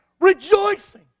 Rejoicing